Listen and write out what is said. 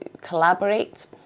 collaborate